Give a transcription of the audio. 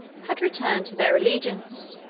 had returned to their allegiance.